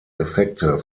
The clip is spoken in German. effekte